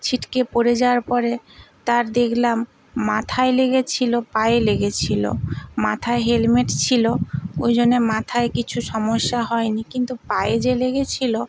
ছিটকে পড়ে যাওয়ার পরে তার দেখলাম মাথায় লেগেছিলো পায়ে লেগেছিলো মাথায় হেলমেট ছিলো ওই জন্যে মাথায় কিছু সমস্যা হয় নি কিন্তু পায়ে যে লেগেছিলো